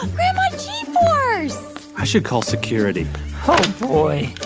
ah grandma g-force i should call security oh, boy